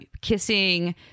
Kissing